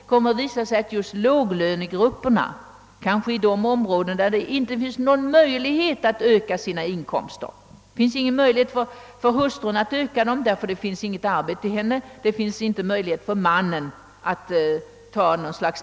Det kommer att visa sig att just låglönegrupperna kan drabbas av skatteökningarna, exempelvis de som bor i områden där hustrun inte har möjlighet att få något arbete och där mannen inte kan ta något slags extraknäck för att öka sina inkomster.